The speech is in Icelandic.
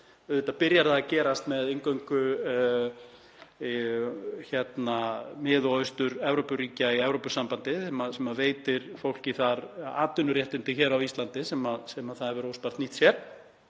Auðvitað byrjar það að gerast með inngöngu Mið- og Austur-Evrópuríkja í Evrópusambandið sem veitir fólki þar atvinnuréttindi hér á Íslandi sem það hefur óspart nýtt sér.